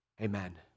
Amen